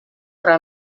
tra